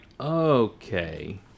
okay